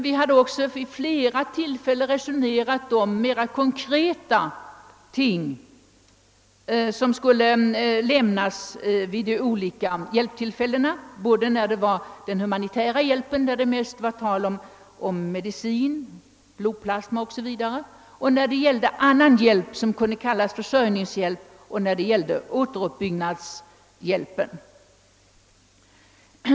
Vid flera tillfällen hade vi också resonerat mera konkret om vilken slags hjälp som skulle lämnas vid de olika hjälptillfällena, såväl när det gällde den humanitära hjälpen, läkemedel, blodplasma o.s. v., som när det gällde annan hjälp — försörjningshjälp, konstgödsel, återuppbyggnadshjälpen.